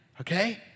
okay